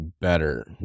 better